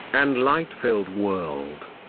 and light-filled world.